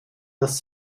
das